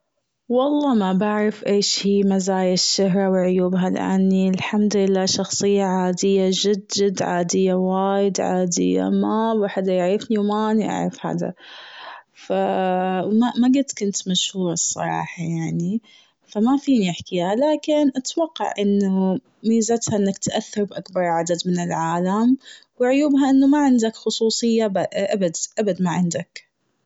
والله ما بعرف ايش هي مزايا الشهرة و عيوبها لأني الحمد لله شخصية عادية جد جد عادية وايد عادية ما ابغى الواحد يعرفني و ماني اعرف حدا. ف ما- ما قد كنت مشهورة صراحة يعني. فما فيني احكيها لكن اتوقع انه ميزتها إنك تأثر باتباع عدد من العالم. وعيوبها إنه ما عندك خصوصية أبد أبد ما عندك.